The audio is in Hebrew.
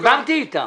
דיברתי אתם.